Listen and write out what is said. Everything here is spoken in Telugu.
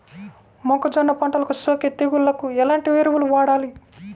మొక్కజొన్న పంటలకు సోకే తెగుళ్లకు ఎలాంటి ఎరువులు వాడాలి?